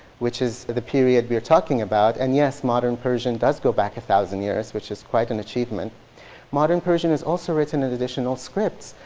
which is the period we are talking about. and yes, modern persian does go back a thousand years, which is quite an achievement modern persian is also written in additional scripts.